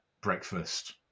breakfast